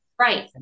Right